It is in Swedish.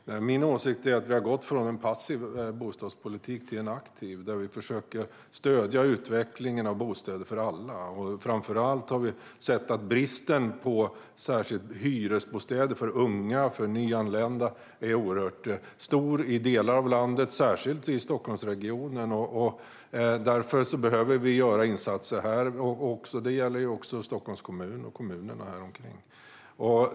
Fru talman! Min åsikt är att vi har gått från en passiv till en aktiv bostadspolitik där vi försöker att stödja utvecklingen av bostäder för alla. Framför allt har vi sett att bristen särskilt på hyresbostäder för unga och för nyanlända är oerhört stor i delar av landet, särskilt i Stockholmsregionen. Därför behöver vi och också Stockholms kommun och kommunerna däromkring göra insatser här.